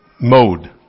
mode